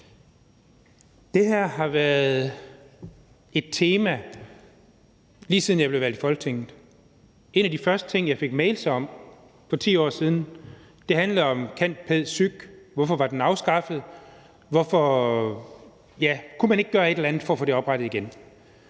Det her har været et tema, lige siden jeg blev valgt til Folketinget. En af de første ting, jeg fik mails om for 10 år siden, handlede om cand.pæd.psych-uddannelsen. Hvorfor var den afskaffet? Kunne man ikke gøre et eller andet for at få den oprettet igen?